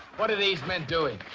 what are these men doing?